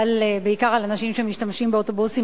אבל בעיקר על אנשים שמשתמשים באוטובוסים